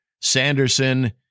sanderson